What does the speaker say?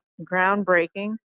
groundbreaking